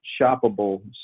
shoppable